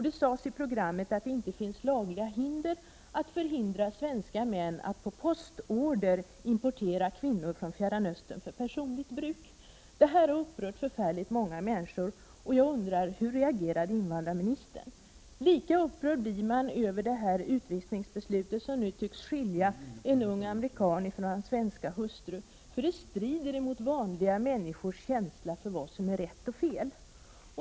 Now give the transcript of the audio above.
Det sades i programmet att det inte finns lagliga hinder mot att svenska män per postorder importerar kvinnor från Fjärran Östern för personligt bruk. Detta har upprört förfärligt många människor, och jag undrar: Hur reagerar invandrarministern? Lika upprörd blir man över detta utvisningsbeslut, som nu tycks skilja en ung amerikan från hans svenska hustru. Det strider mot vanliga människors känsla för vad som är rätt och fel.